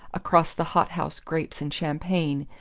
across the hot-house grapes and champagne,